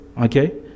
okay